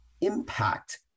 impact